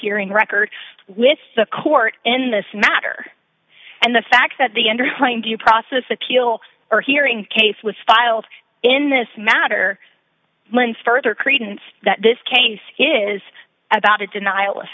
hearing record with the court in this matter and the fact that the underlying due process appeal or hearing the case was filed in this matter went further credence that this case is about a denial